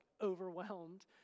overwhelmed